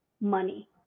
money